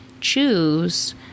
choose